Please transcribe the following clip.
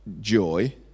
joy